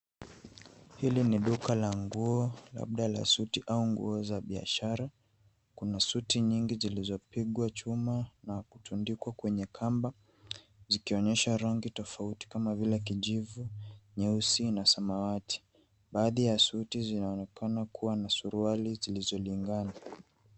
Hili ni duka la nguo, labda la suti au nguo za biashara. Kuna suti nyingi zilizopigwa chuma na kutundikwa kwenye kamba zikionyesha rangi tofauti kama vile kijivu, nyeusi na samawati. Baadhi ya suti zinaonekana kuwa na suruali zilizolingana.